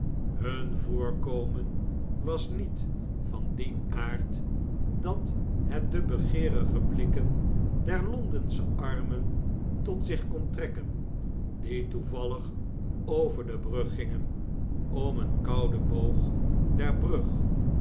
hun voorkomen was niet van dien aard dat het de begeerige blikken der londensche armen tot zich kon trekken die toevallig over de brug gingen om een kouden boog der brug